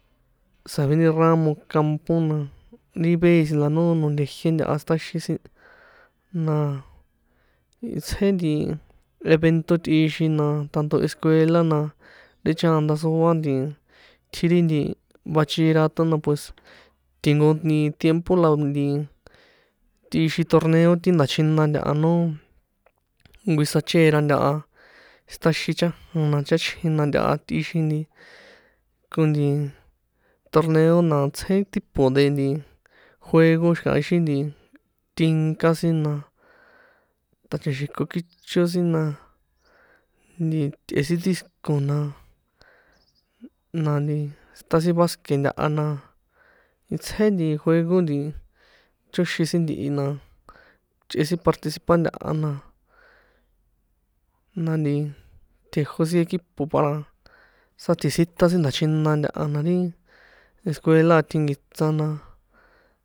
Sa̱veni ramo campo, na ri beis la no nonte jié ntaha siṭaxin sin la itsjé evento tꞌixin, na tanto escuela, na ti chaandasoa nti tjiri nti bachillerato na pues, ti nko tiempo la nti tꞌixin torneo ti nda̱chjina ntaha, no huisachera ntaha sitaxin chajan na, cháchjin na ntaha tꞌixin nti ko nti torneo, na tsjé tipo de nti juego, xi̱ka̱ éxi nti tínka sin na, ṭa̱cha̱xi̱ko kícho sin na, nti tꞌe sin disco na, na nti sitan sin basque ntaha na, itsjé nti juego nti chóxin sin ntihi, na chꞌe sin participar ntaha na, na nti tjejo sin equipo para sáti̱tsítan sin nda̱chjina ntaha na ri escuela a tjinki̱tsa na.